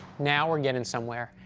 now we're getting somewhere.